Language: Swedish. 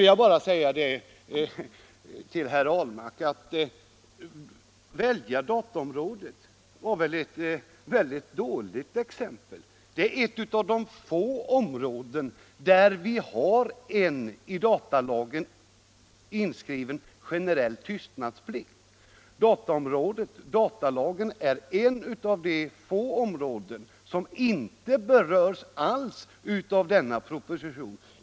Till herr Ahlmark vill jag bara säga att dataområdet var ett väldigt dåligt exempel. Det är ett av de få områden som inte alls berörs av denna proposition och där vi har en i datalagen inskriven generell tystnadsplikt.